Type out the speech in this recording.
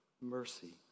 mercy